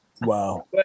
Wow